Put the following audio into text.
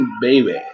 baby